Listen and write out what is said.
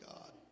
God